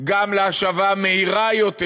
גם להשבה מהירה יותר